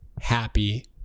happy